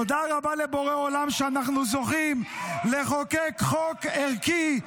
תודה רבה לבורא עולם שאנחנו זוכים לחוקק חוק ערכי,